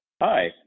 Hi